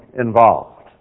involved